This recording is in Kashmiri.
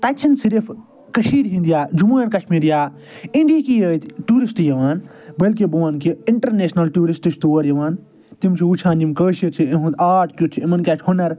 تتہِ چھِ نہٕ صرف کشیٖرِ ہنٛد یا جمو اٮ۪نڈ کشمیٖر یا انڈیہکی یٲت ٹورسٹ یوان بلکہِ بہٕ ون کہ انٹرنٮ۪شنل ٹورسٹ چھِ تور یوان تِم چھِ وچھان یِم کٲشر چھِ یہنٛد آرٹ کیتھ چھُ یِمن کیاہ چھُ ہنٛر